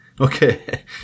Okay